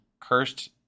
cursed